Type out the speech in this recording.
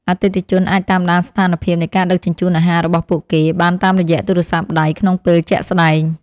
អតិថិជនអាចតាមដានស្ថានភាពនៃការដឹកជញ្ជូនអាហាររបស់ពួកគេបានតាមរយៈទូរស័ព្ទដៃក្នុងពេលជាក់ស្តែង។